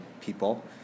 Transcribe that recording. people